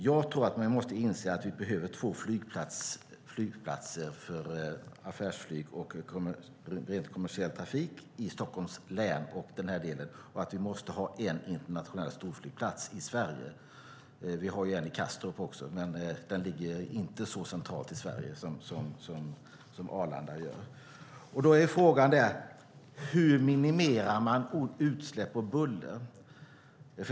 Jag tror att man måste inse att vi behöver två flygplatser för affärsflyg med kommersiell trafik i Stockholms län och att vi måste ha en internationell storflygplats i Sverige. Vi har en i Kastrup, men den ligger inte lika centralt i Sverige som Arlanda. Frågan är hur man minimerar utsläpp och buller.